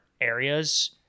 areas